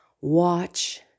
watch